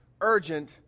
urgent